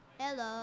Hello